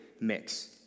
mix